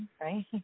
right